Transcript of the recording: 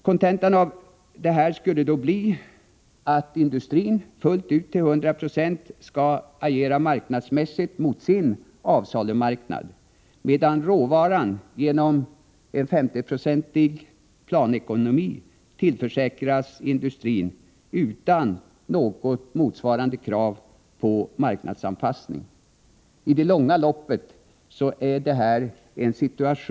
Kontentan av detta skulle bli att industrin till hundra procent skall agera marknadsmässigt mot sin avsalumarknad medan industrin — genom en regel om 50-procentig planekonomi — tillförsäkras råvara utan motsvarande krav på marknadsanpassning. Det här är olyckligt i det långa loppet.